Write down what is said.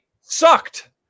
sucked